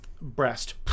breast